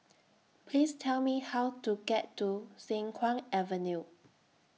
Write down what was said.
Please Tell Me How to get to Siang Kuang Avenue